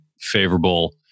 favorable